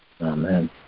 Amen